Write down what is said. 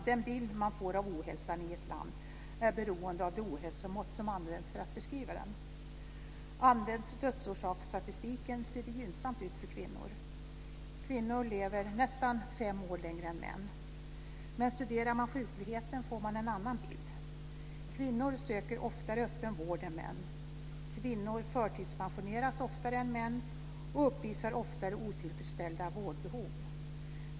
Den bild som man får av ohälsan i ett land är beroende av de ohälsomått som används för att beskriva den. Används dödsorsaksstatistiken ser det gynnsamt ut för kvinnor. Kvinnor lever nästan fem år längre än män. Men studerar man sjukligheten får man en annan bild. Kvinnor söker oftare öppen vård än män. Kvinnor förtidspensioneras oftare än män och uppvisar oftare otillfredsställda vårdbehov.